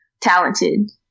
talented